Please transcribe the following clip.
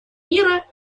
мира